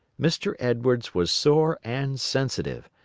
mr. edwards was sore and sensitive,